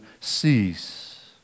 cease